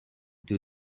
due